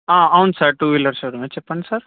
అవును sir two wheeler షోరూమే చెప్పండి సార్